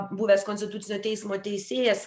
buvęs konstitucinio teismo teisėjas